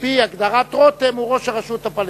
על-פי הגדרת רותם הוא ראש הרשות הפלסטינית.